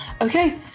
Okay